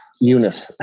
unit